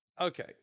okay